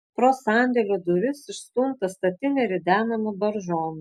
pro sandėlio duris išstumta statinė ridenama baržon